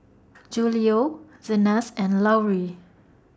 Julio Zenas and Lauri